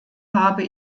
habe